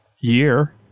year